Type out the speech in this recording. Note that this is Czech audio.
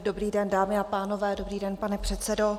Dobrý den, dámy a pánové, dobrý den, pane předsedo.